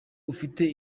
ufite